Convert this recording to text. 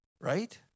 Right